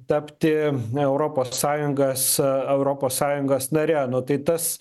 tapti europos sąjungas europos sąjungos nare nu tai tas